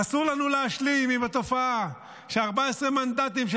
אסור לנו להשלים עם התופעה ש-14 המנדטים של